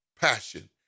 passion